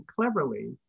cleverly